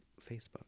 Facebook